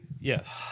Yes